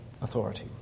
authority